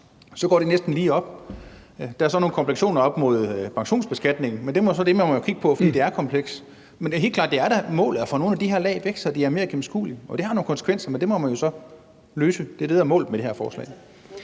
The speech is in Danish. Så går det næsten lige op. Der er så nogle komplikationer op mod pensionsbeskatningen, men det er så det, man må kigge på, for det er komplekst. Men det er helt klart, at det da er et mål at få nogle af de her lag væk, så det er mere gennemskueligt. Det har nogle konsekvenser, men det må man jo så løse. Det er det, der er målet med det her forslag.